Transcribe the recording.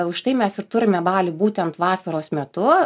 už tai mes ir turime balį būtent vasaros metu